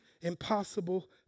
impossible